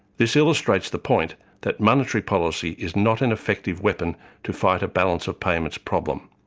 this illustrates the point that monetary policy is not an effective weapon to fight a balance of payments problem.